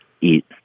eat